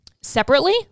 separately